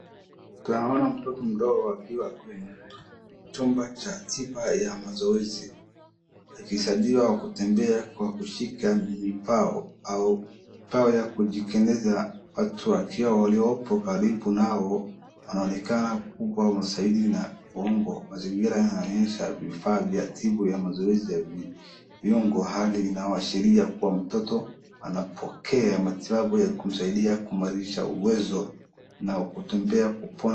Tunaona mtoto mdogo akiwa kwenye chumba cha tiba ya mazoezi ,akisaidia kutembea kwa kushika mibao au mbao ya yakujitengeneza ,watu wakiwa waliopo karibu nao wanaoneka kumpa usaidizi na bongo mazingira yanaonyesha vifaa vya tibu ya mazoezi ya vioungo hali inayo ashiria kwamba mtoto anapokea matibabu yakumsaidia kuimarisha uwezo na kutembea kupona.